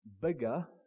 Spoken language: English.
bigger